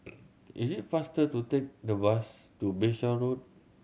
it is faster to take the bus to Bayshore Road